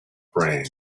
brain